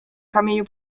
kamieniu